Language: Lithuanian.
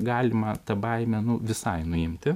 galima tą baimę nu visai nuimti